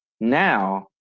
now